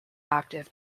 active